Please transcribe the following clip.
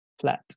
flat